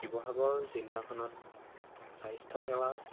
শিৱসাগৰ জিলাখনত স্বাস্থ্যসেৱা